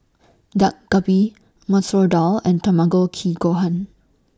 Dak Galbi Masoor Dal and Tamago Kake Gohan